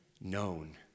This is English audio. Known